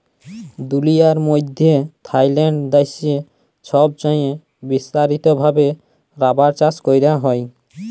দুলিয়ার মইধ্যে থাইল্যান্ড দ্যাশে ছবচাঁয়ে বিস্তারিত ভাবে রাবার চাষ ক্যরা হ্যয়